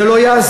זה לא יעזור.